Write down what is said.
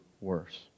worse